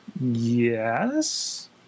Yes